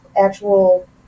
actual